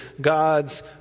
God's